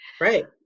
Right